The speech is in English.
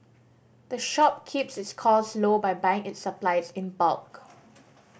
the shop keeps its costs low by buying its supplies in bulk